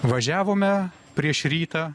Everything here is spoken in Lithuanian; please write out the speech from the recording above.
važiavome prieš rytą